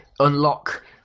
Unlock